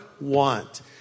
want